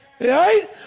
Right